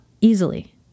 easily